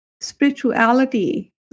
Spirituality